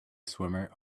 swimmer